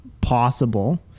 possible